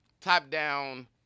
top-down